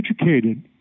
educated